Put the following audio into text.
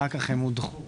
אחר כך הם הודחו.